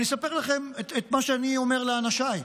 אני אספר לכם את מה שאני אומר לאנשיי.